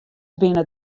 binne